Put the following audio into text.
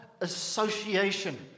association